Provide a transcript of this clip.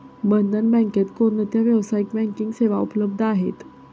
बंधन बँकेत कोणत्या व्यावसायिक बँकिंग सेवा उपलब्ध आहेत?